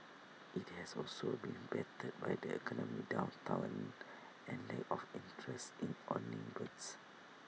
IT has also been battered by the economic downturn and lack of interest in owning birds